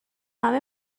همه